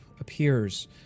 appears